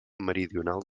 meridional